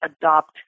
adopt